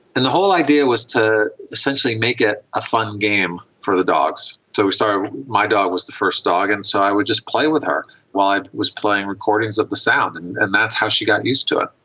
and the whole idea was to essentially make it a fun game for the dogs. so so my dog was the first dog and so i would just play with her while i was playing recordings of the sound, and and that's how she got used to it.